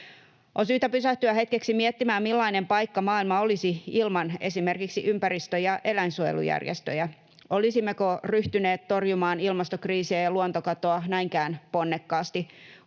On syytä pysähtyä hetkeksi miettimään, millainen paikka maailma olisi esimerkiksi ilman ympäristö- ja eläinsuojelujärjestöjä. Olisimmeko ryhtyneet torjumaan ilmastokriisiä ja luontokatoa näinkään ponnekkaasti?